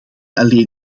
alleen